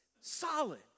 solid